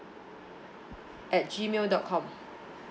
at G mail dot com